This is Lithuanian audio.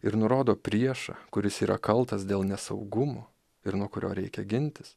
ir nurodo priešą kuris yra kaltas dėl nesaugumo ir nuo kurio reikia gintis